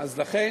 לכן